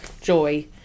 joy